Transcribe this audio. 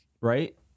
right